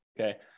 okay